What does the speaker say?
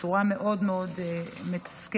בצורה מאוד מאוד מתסכלת,